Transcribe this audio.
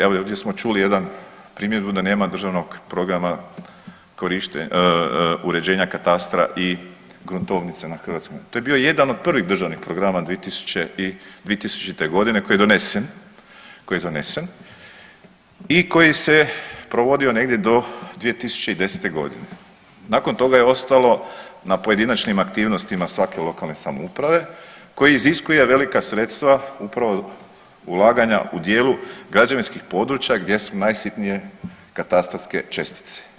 Evo ovdje smo čuli jedan primjedbu da nema državnog programa uređenja katastra i gruntovnice na hrvatskim, to je bio jedan od prvih državnih programa 2000.g. koji je donesen, koji je donesen i koji se provodio negdje do 2010.g. Nakon toga je ostalo na pojedinačnim aktivnostima svake lokalne samouprave koji iziskuje velika sredstva upravo ulaganja u dijelu građevinskih područja gdje su najsitnije katastarske čestice.